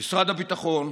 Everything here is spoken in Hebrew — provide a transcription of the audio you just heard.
משרד הביטחון,